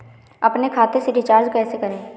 अपने खाते से रिचार्ज कैसे करें?